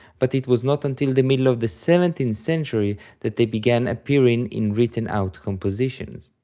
but it was not until the middle of the seventeenth century that they began appearing in written-out compositions.